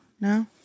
No